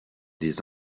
des